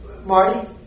Marty